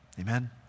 Amen